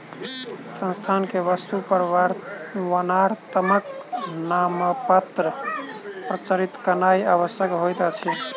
संस्थान के वस्तु पर वर्णात्मक नामपत्र प्रचारित केनाई आवश्यक होइत अछि